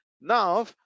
now